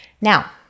Now